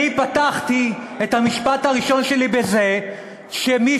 אני פתחתי את המשפט הראשון שלי בזה שמי